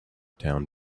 town